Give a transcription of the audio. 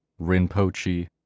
Rinpoche